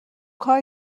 کار